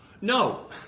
No